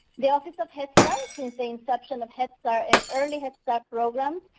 the office of head start, since the inception of head start and early head start programs,